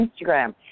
Instagram